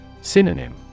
Synonym